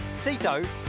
Tito